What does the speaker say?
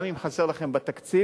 גם אם חסר לכם בתקציב,